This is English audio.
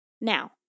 Now